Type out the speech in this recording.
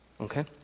okay